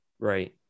right